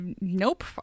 nope